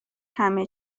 همه